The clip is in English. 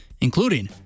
including